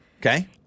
Okay